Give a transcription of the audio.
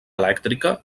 elèctrica